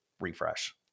refresh